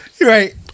right